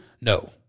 no